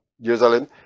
Jerusalem